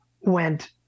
went